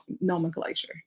nomenclature